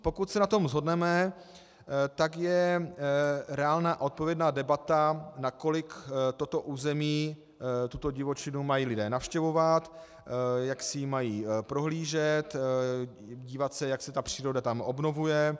Pokud se na tom shodneme, tak je reálná a odpovědná debata, nakolik toto území, tuto divočinu mají lidé navštěvovat, jak si ji mají prohlížet, dívat se, jak se tam ta příroda obnovuje.